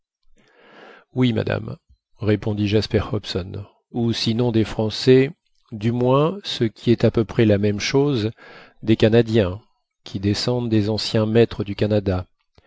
oui madame répondit jasper hobson ou sinon des français du moins ce qui est à peu près la même chose des canadiens qui descendent des anciens maîtres du canada